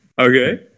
okay